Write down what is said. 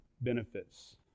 benefits